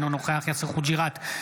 אינו נוכח יאסר חוג'יראת,